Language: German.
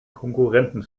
konkurrenten